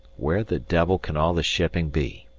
where the devil can all the shipping be?